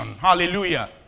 Hallelujah